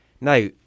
Now